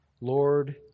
Lord